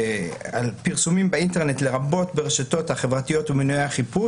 ש"פרסומים באינטרנט לרבות ברשתות החברתיות ומנועי החיפוש